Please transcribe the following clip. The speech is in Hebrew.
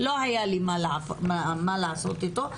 לא היה לי מה לעשות איתו,